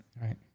Right